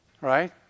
Right